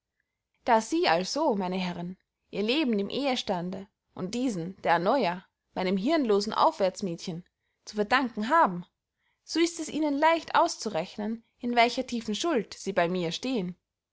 da sie also meine herren ihr leben dem ehestande und diesen der anoia meinem hirnlosen aufwartsmädchen zu verdanken haben so ist es ihnen leicht auszurechnen in welcher tiefen schuld sie bey mir stehen